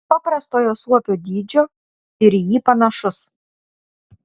paprastojo suopio dydžio ir į jį panašus